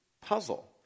puzzle